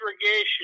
segregation